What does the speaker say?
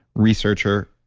researcher,